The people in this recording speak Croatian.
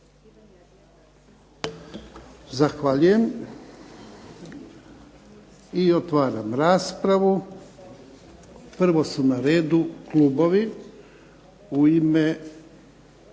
Zahvaljujem. I otvaram raspravu. Prvo su na redu klubovi. U ime